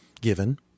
given